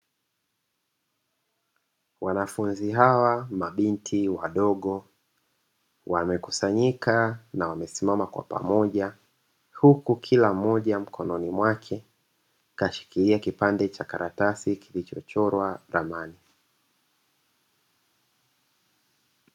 Wanafunzi hawa mabinti wadogo, wamekusanyika na wamesimama kwa pamoja, huku kila mmoja mkononi mwake kashikilia kipande cha karatasi kilichochorwa ramani.